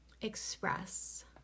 express